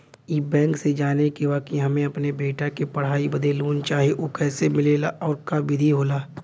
ई बैंक से जाने के बा की हमे अपने बेटा के पढ़ाई बदे लोन चाही ऊ कैसे मिलेला और का विधि होला?